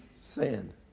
Sin